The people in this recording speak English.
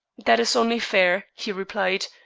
that is only fair, he replied.